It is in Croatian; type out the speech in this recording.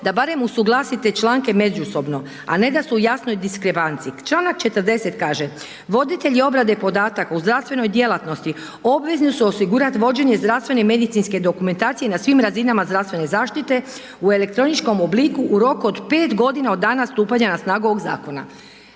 da barem usuglasite članke međusobno, a ne da su u jasnoj diskrepanci. Članak 40. kaže, voditelji obrade podataka u zdravstvenoj djelatnosti u zdravstvenoj djelatnosti obvezi su osigurat vođenje zdravstvene i medicinske dokumentacije na svim razinama zdravstvene zaštite u elektroničkom obliku u roku od 5 godina od dana stupanja na snagu ovog zakona.